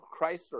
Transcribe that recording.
Chrysler